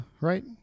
Right